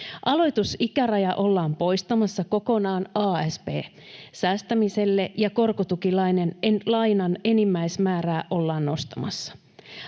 Aloitusikäraja ollaan poistamassa kokonaan asp-säästämiseltä ja korkotukilainan enimmäismäärää ollaan nostamassa.